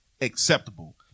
acceptable